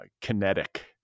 kinetic